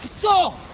so